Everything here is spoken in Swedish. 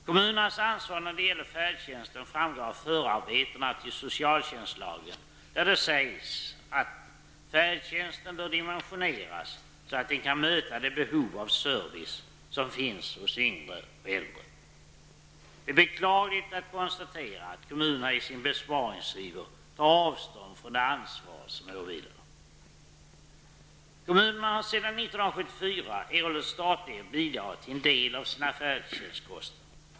Kommunernas ansvar när det gäller färdtänsten framgår av förarbetena till socialtjänslagen där det sägs: Färdtjänsten bör dimensioneras så att den kan möta de behov av service som finns hos yngre och äldre. Det är beklagligt att konstatera att kommunerna i sin besparingsiver tar avstånd från det ansvar som åvilar dem. Kommunerna har sedan 1974 erhållit statligt bidrag till en del av sina färdtjänstkostnader.